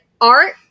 Art